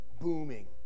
Booming